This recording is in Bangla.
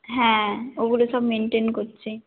হ্যাঁ ওগুলো সব মেনটেন করছি